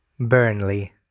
Burnley